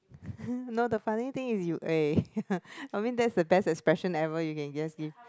no the funny thing is you eh I mean that's the best expression ever you can just give